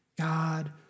God